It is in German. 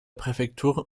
präfektur